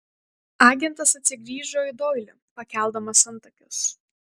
agentas atsigrįžo į doilį pakeldamas antakius